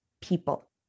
people